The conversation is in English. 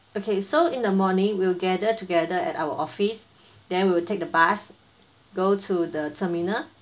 okay so in the morning we'll gather together at our office then we will take the bus go to the terminal